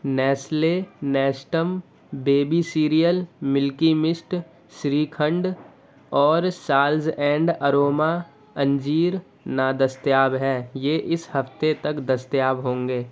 Nestle Nestum baby cereal milky mist shrikhand اور شالز and aroma انجیر نادستیاب ہیں یہ اس ہفتے تک دستیاب ہوں گے